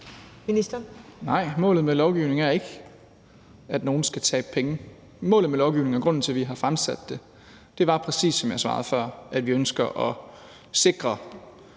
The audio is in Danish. Nej. Målet med lovgivningen er ikke, at nogle skal tabe penge. Målet med lovgivningen og grunden til, at vi har fremsat lovforslaget, er, præcis som jeg svarede før, at vi ønsker at sikre